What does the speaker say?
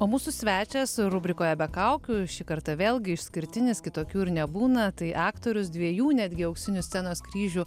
o mūsų svečias rubrikoje be kaukių šį kartą vėlgi išskirtinis kitokių ir nebūna tai aktorius dviejų netgi auksinių scenos kryžių